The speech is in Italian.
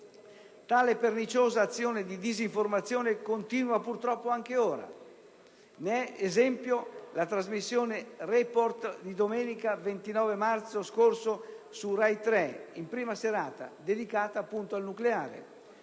Tale perniciosa azione di disinformazione continua purtroppo anche ora. Ne è esempio la trasmissione "Report" di domenica 29 marzo scorso su RAI 3, in prima serata, dedicata appunto al nucleare.